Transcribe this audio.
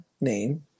name